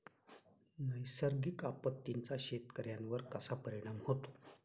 नैसर्गिक आपत्तींचा शेतकऱ्यांवर कसा परिणाम होतो?